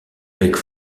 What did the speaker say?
avec